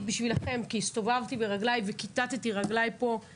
בשבילכם כי הסתובבתי ברגליי עם כולם